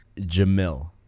Jamil